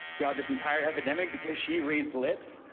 throughout this entire epidemic, because she reads lips.